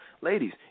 Ladies